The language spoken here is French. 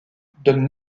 donne